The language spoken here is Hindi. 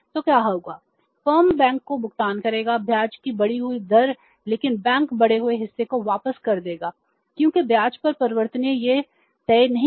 तो क्या होगा फर्म बैंक को भुगतान करेगा ब्याज की बढ़ी हुई दर लेकिन बैंक बढ़े हुए हिस्से को वापस कर देगा क्योंकि ब्याज दर परिवर्तनीय है यह तय नहीं है